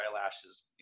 eyelashes